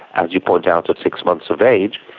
as you point out, at six months of age,